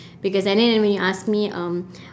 because and then when you ask me um